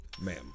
ma'am